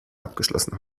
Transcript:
abgeschlossen